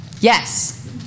Yes